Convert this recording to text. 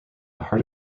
heart